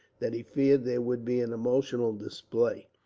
that he feared there would be an emotional display.